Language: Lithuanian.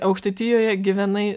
aukštaitijoje gyvenai